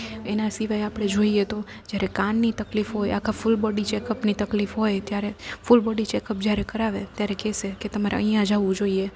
એના સિવાય આપડે જોઈએ તો જ્યારે કાનની તકલીફ હોય આખા ફૂલ બોડી ચેકઅપની તકલીફ હોય ત્યારે ફૂલ બોડી ચેકઅપ જ્યારે કરાવે ત્યારે કેસે કે તમારે અઈયાં જાવું જોઈએ